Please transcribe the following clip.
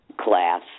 class